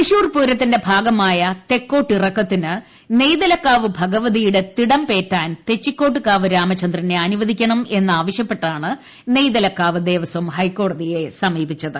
തൃശൂർ പൂരത്തിന്റെ ഭാഗ്രമായ് തെക്കോട്ടിറക്കത്തിന് നെയ്തലക്കാവ് ഭഗവതിയുടെ തിടമ്പേറ്റാൻ തെച്ചിക്കോട്ട് കാവ് രാമചന്ദ്രനെ അനുവദിക്കണമെന്നാവശ്യപ്പെട്ടാണ് നെയ്തലക്കാവ് ദേവസ്ഥാ ഹൈക്കോടതിയെ സമീപിച്ചത്